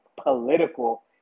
political